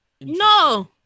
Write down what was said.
No